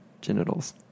genitals